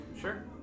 Sure